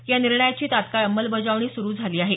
या निर्णयाची तात्काळ अंमलबजावणी सुरू झाली आहे